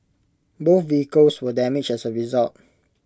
both vehicles were damaged as A result